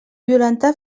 violentar